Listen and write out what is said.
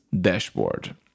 dashboard